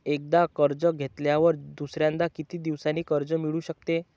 एकदा कर्ज घेतल्यावर दुसऱ्यांदा किती दिवसांनी कर्ज मिळू शकते?